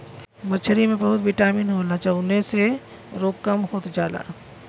मछरी में बहुत बिटामिन होला जउने से रोग कम होत जाला